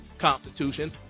Constitution